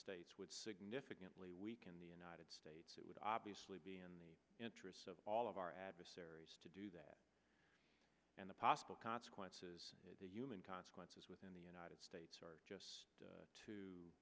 states significantly weaken the united states it would obviously be in the interests of all of our adversaries to do that and the possible consequences that human consequences within the united states are just